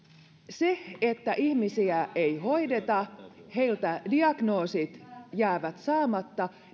se että ihmisiä ei hoideta heiltä diagnoosit jäävät saamatta